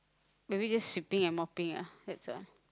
maybe just sweeping and mopping ah that's all